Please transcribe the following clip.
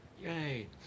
yay